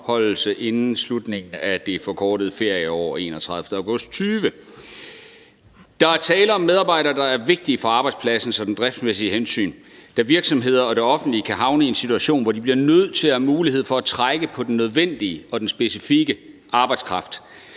inden slutningen af det forkortede ferieår den 31. august 2020. Der er tale om medarbejdere, der er vigtige for arbejdspladsen sådan af driftsmæssige hensyn, da virksomheder og det offentlige kan havne i en situation, hvor de er nødt til at have mulighed for at trække på den nødvendige og specifikke arbejdskraft,